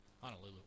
Honolulu